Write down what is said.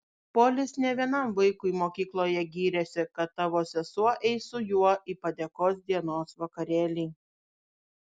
polis ne vienam vaikui mokykloje gyrėsi kad tavo sesuo eis su juo į padėkos dienos vakarėlį